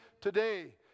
today